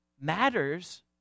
matters